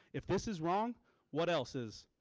if this is wrong what else is?